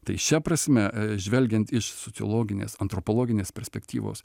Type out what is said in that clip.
tai šia prasme žvelgiant iš sociologinės antropologinės perspektyvos